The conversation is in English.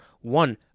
One